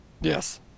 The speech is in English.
Yes